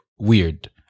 Weird